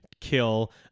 kill